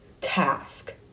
task